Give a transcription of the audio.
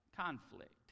conflict